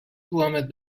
کوبمت